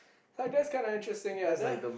like that's kind of interesting ya duh